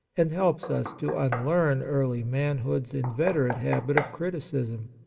and helps us to unlearn early manhood's inveterate habit of criticism.